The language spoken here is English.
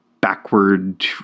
backward